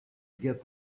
get